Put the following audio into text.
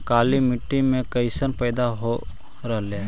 काला मिट्टी मे कैसन पैदा हो रहले है?